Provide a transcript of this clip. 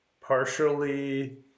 partially